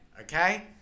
okay